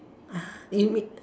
!huh! you mean